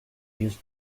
use